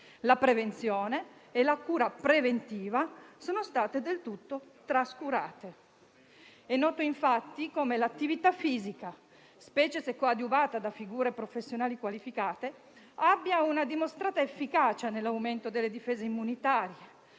la prevenzione e la cura preventiva sono state del tutto trascurate. È noto, infatti, come l'attività fisica, specialmente se coadiuvata da figure professionali qualificate, abbia una dimostrata efficacia nell'aumento delle difese immunitarie,